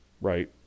Right